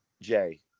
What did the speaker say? Jay